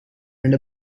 and